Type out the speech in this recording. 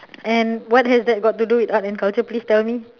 and what has that got to do with art and culture please tell me